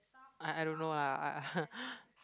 I I don't know lah I I